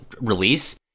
release